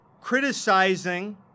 criticizing